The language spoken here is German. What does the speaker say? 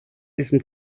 diesem